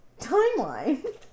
timeline